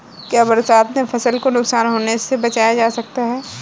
क्या बरसात में फसल को नुकसान होने से बचाया जा सकता है?